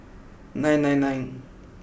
nine nine nine